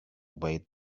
wait